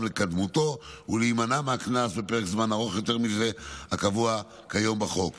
לקדמותו ולהימנע מהקנס בפרק זמן ארוך יותר מזה הקבוע כיום בחוק.